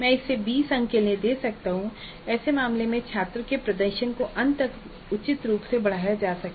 मैं इसे 20 अंक के लिए दे सकता हूं ऐसे मामलों में छात्रों के प्रदर्शन को अंत तक उचित रूप से बढ़ाया जा सकता